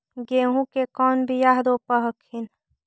गेहूं के कौन बियाह रोप हखिन?